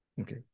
Okay